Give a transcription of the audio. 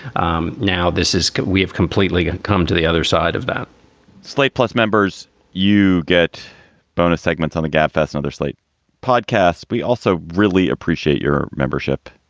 um now, this is we have completely come to the other side of that slate plus members you get bonus segments on the gabfests, another slate podcast. we also really appreciate your membership.